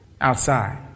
outside